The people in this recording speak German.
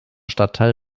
stadtteil